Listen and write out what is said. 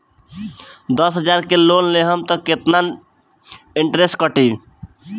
दस हजार के लोन लेहम त कितना इनट्रेस कटी?